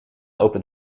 opent